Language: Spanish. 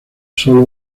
sólo